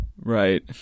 Right